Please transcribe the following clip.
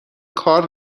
کار